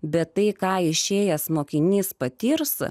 bet tai ką išėjęs mokinys patirs